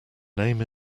name